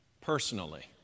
Personally